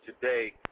today